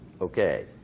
Okay